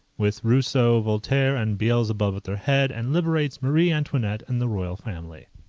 with rousseau, voltaire, and beelzebub at their head, and liberates marie antoinette and the royal family.